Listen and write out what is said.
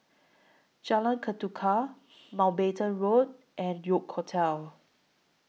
Jalan Ketuka Mountbatten Road and York Hotel